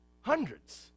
hundreds